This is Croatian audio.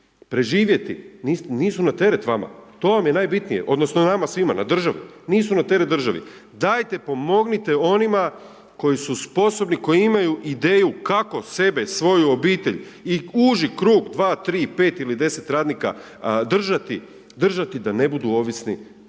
Preživjeti, nisu na teret vama, to vam je najbitnije, odnosno nama svima, na državi, nisu na teret državi. Dajte pomognite onima koji su sposobni, koji imaju ideju kako sebe, svoju obitelj i uži krug 2, 3, 5 ili 10 radnika držati da ne budu ovisni o državi,